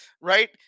Right